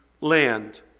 land